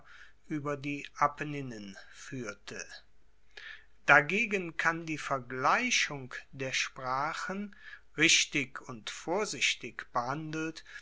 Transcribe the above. ueber die apenninen fuehrte dagegen kann die vergleichung der sprachen richtig und vorsichtig behandelt